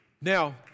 Now